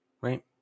Right